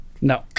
no